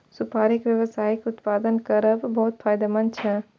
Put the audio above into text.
सुपारी के व्यावसायिक उत्पादन करब बहुत फायदेमंद छै